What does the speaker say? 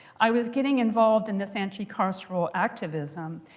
i was getting involved in this anti-carceral activism.